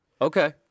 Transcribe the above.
Okay